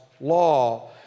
law